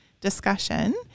discussion